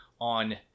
on